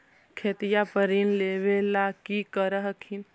खेतिया पर ऋण लेबे ला की कर हखिन?